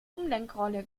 umlenkrolle